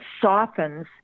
softens